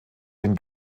den